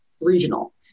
regional